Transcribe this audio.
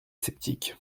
sceptique